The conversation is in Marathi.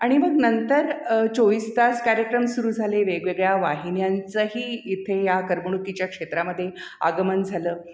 आणि मग नंतर चोवीस तास कार्यक्रम सुरू झाले वेगवेगळ्या वाहिन्यांचंही इथे या करमणुकीच्या क्षेत्रामध्ये आगमन झालं